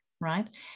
Right